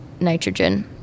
nitrogen